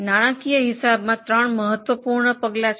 નાણાંકીય હિસાબી પદ્ધતિમાં ત્રણ મહત્વપૂર્ણ પગલાં છે